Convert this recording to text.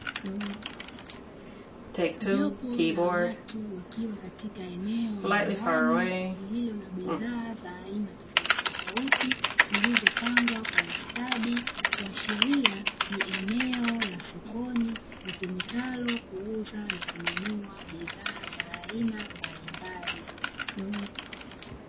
Jopo la watu wakiwa katika eneo la ndani lililo na bidhaa za aina tofautitofauti, zilizopangwa kwa ustadi kuashiria ni eneo la sokoni, litumikalo kuuza na kununua bidhaa za aina mbalimbali.